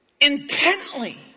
intently